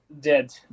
Dead